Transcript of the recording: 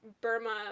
Burma